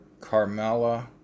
Carmella